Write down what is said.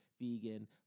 vegan